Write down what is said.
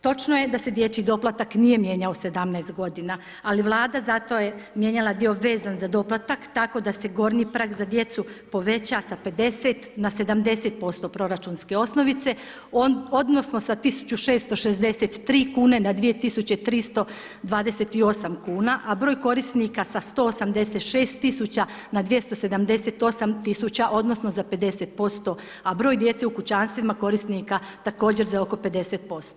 Točno je da se dječji doplatak nije mijenjao 17 godina, ali Vlada je zato mijenjala dio vezan za doplatak tako da se gornji prag za djecu poveća sa 50 na 70% proračunske osnovice odnosno sa 1663 kune na 2328 kuna, a broj korisnika sa 186000 na 278000 odnosno za 50%, a broj djece u kućanstvima korisnika također za oko 50%